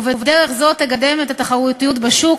ובדרך זו תקדם את התחרות בשוק,